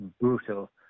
brutal